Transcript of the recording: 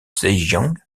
zhejiang